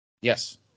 Yes